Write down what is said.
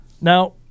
Now